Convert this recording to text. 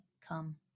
come